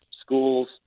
schools